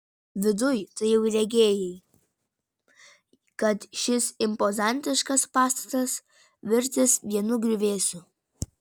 viduj tai jau regėjai kad šis impozantiškas pastatas virtęs vienu griuvėsiu